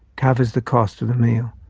covers the cost of the meal.